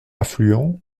affluents